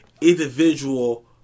individual